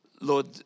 Lord